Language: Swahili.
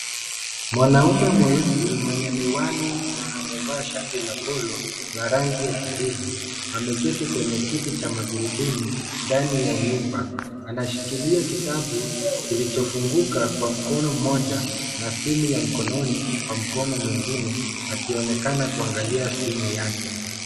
Mwanaume mweusi mwenye miwani na amevaa shati la polo, la rangi ya kijivu ameketi kwenye kiti cha magurudumu , ndani ya nyumba anashikilia kitabu kilichofunguka kwa mkono Mmoja na simu ya mkononi kwa mkono mwingine akionekana kuangalia simu yake.